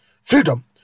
Freedom